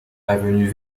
avenue